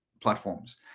platforms